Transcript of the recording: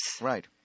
Right